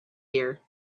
here